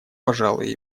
пожалуй